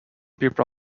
people